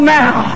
now